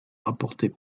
rapportait